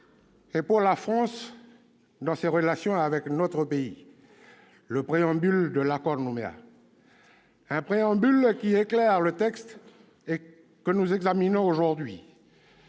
et pour la France, dans ses relations avec notre pays : le préambule de l'accord de Nouméa. Un préambule qui éclaire le texte que nous examinons aujourd'hui.